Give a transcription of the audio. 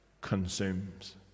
consumes